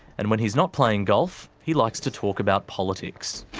and when he's not playing golf he likes to talk about politics.